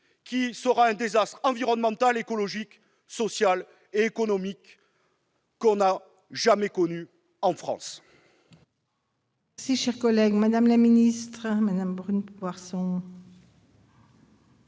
comme un désastre environnemental, écologique, social et économique, tel qu'on n'en a jamais connu en France